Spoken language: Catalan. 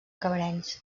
cabrenys